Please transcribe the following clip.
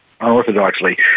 unorthodoxly